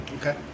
Okay